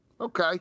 Okay